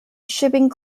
shipping